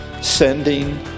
sending